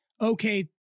okay